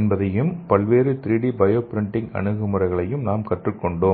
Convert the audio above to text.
என்பதையும் பல்வேறு 3D bio printing அணுகுமுறைகளையும் நாம் கற்றுக்கொண்டோம்